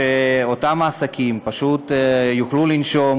כדי שאותם העסקים פשוט יוכלו לנשום